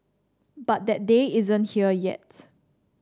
but that day isn't here yet